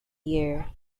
year